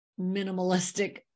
minimalistic